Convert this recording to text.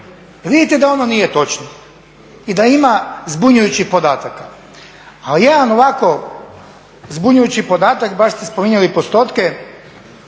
Vidite da ono nije točno i da ima zbunjujućih podataka. A jedan ovako zbunjujući podatak, baš ste spominjali postotke,